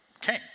King